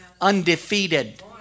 Undefeated